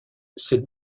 cette